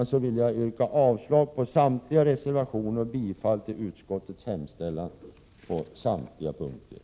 Med detta vill jag yrka avslag på samtliga reservationer och bifall till utskottets hemställan på samtliga punkter.